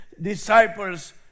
disciples